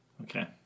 Okay